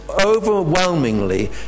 overwhelmingly